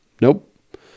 Nope